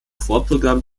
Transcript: vorprogramm